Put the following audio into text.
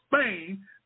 Spain